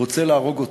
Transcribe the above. רוצה להרוג אותו.